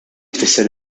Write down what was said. tfisser